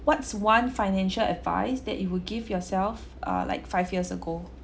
what's one financial advice that you would give yourself uh like five years ago